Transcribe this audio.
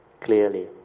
clearly